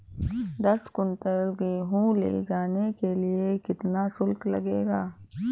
दस कुंटल गेहूँ ले जाने के लिए कितना शुल्क लगेगा?